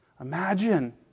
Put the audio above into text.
Imagine